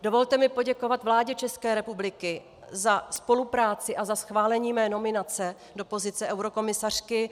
Dovolte mi poděkovat vládě České republiky za spolupráci a za schválení mé nominace do pozice eurokomisařky.